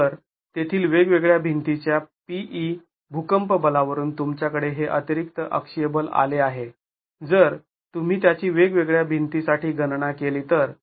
तर तेथील वेगवेगळ्या भिंतींच्या Pe भूकंप बलावरून तुमच्याकडे हे अतिरिक्त अक्षीय बल आले आहे जर तुम्ही त्याची वेगवेगळ्या भिंती साठी गणना केली तर